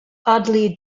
audley